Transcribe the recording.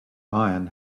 iron